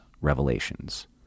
revelations